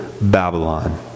Babylon